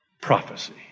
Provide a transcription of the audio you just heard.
prophecy